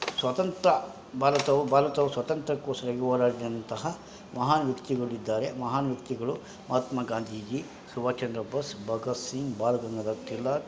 ಸ್ವತಂತ್ರ ಭಾರತವು ಭಾರತವು ಸ್ವತಂತ್ರಕ್ಕೋಸ್ರಾಗಿ ಹೋರಾಡಿದಂತಹ ಮಹಾನ್ ವ್ಯಕ್ತಿಗಳು ಇದ್ದಾರೆ ಮಹಾನ್ ವ್ಯಕ್ತಿಗಳು ಮಹಾತ್ಮ ಗಾಂದೀಜಿ ಸುಭಾಶ್ ಚಂದ್ರ ಬೋಸ್ ಭಗತ್ ಸಿಂಗ್ ಬಾಲಗಂಗಾಧರ್ ತಿಲಕ್